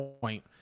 point